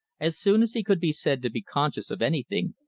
as soon as he could be said to be conscious of anything,